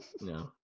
no